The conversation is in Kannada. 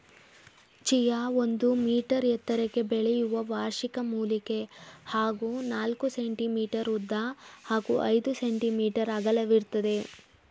ಚಿಯಾ ಒಂದು ಮೀಟರ್ ಎತ್ತರಕ್ಕೆ ಬೆಳೆಯುವ ವಾರ್ಷಿಕ ಮೂಲಿಕೆ ಹಾಗೂ ನಾಲ್ಕು ಸೆ.ಮೀ ಉದ್ದ ಹಾಗೂ ಐದು ಸೆ.ಮೀ ಅಗಲವಾಗಿರ್ತದೆ